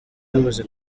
yamaze